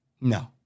No